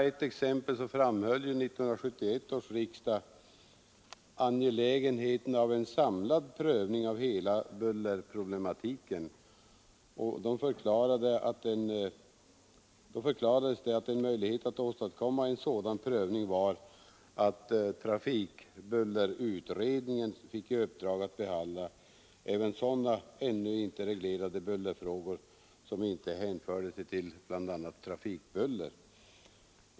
Exempelvis framhöll ju 1971 års riksdag angelägenheten av en samlad prövning av hela bullerproblematiken, och då förklarades det att en möjlighet att åstadkomma en sådan prövning var att trafikbullerutredningen fick i uppdrag att behandla även sådana ännu inte reglerade bullerfrågor som inte hänförde sig till bl.a. trafikbuller.